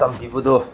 ꯇꯝꯕꯤꯕꯗꯣ